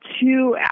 two